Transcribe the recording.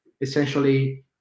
essentially